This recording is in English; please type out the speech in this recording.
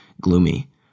gloomy